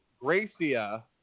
Gracia